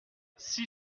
six